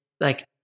like-